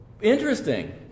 Interesting